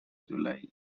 july